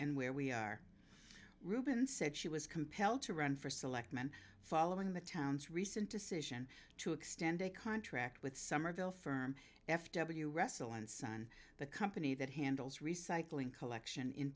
and where we are ruben said she was compelled to run for selectman following the town's recent decision to extend a contract with somerville firm f w wrestle and sun the company that handles recycling collection in